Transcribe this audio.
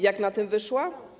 Jak na tym wyszła?